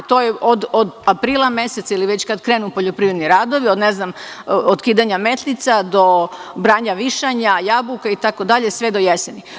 To je od aprila meseca ili već kad krenu poljoprivredni radovi, od kidanja metlica do branja višanja, jabuka itd, sve do jeseni.